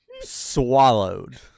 swallowed